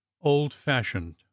old-fashioned